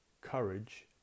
Courage